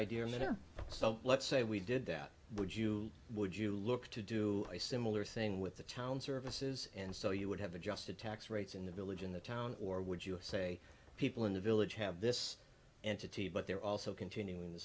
idea in that are so let's say we did that would you would you look to do a similar thing with the town services in so you would have adjusted tax rates in the village in the town or would you say people in the village have this entity but they're also continuing to